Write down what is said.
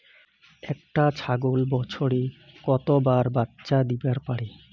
একটা ছাগল বছরে কতবার বাচ্চা দিবার পারে?